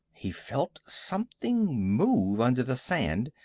he felt something move under the sand.